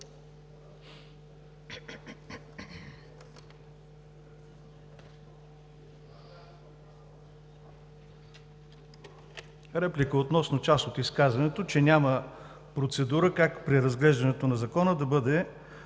Реплика относно част от изказването, че няма процедура как при разглеждането на Закона да бъде